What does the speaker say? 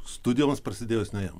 studijoms prasidėjus ne jam